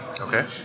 Okay